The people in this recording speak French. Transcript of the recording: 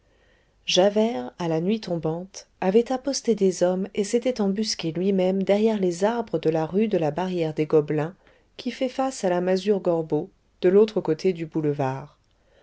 javert à la nuit tombante avait aposté des hommes et s'était embusqué lui-même derrière les arbres de la rue de la barrière des gobelins qui fait face à la masure gorbeau de l'autre côté du boulevard